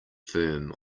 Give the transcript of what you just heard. firm